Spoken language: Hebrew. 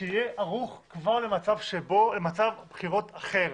שיהיה ערוך כבר למצב שבו יש מצב בחירות אחר.